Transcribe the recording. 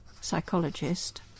psychologist